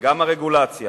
גם הרגולציה